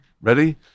ready